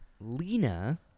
lena